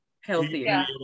Healthier